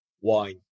wine